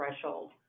threshold